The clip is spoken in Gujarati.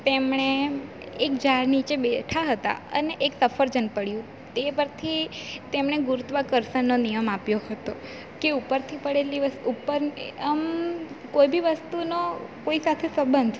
તેમણે એક ઝાડ નીચે બેઠા હતા અને એક સફરજન પડ્યું તે પરથી તેમણે ગુરુત્વાકર્ષણનો નિયમ આપ્યો હતો કે ઉપરથી પડેલી વસ્તુ ઉપર આમ કોઈ બી વસ્તુનો કોઈ સાથે સંબંધ